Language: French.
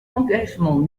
engagement